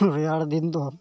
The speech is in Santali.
ᱨᱮᱭᱟᱲ ᱫᱤᱱ ᱫᱚ